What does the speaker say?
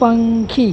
પંખી